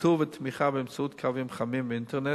איתור ותמיכה באמצעות קווים חמים ואינטרנט,